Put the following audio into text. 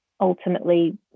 ultimately